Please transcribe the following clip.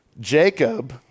Jacob